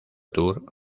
tour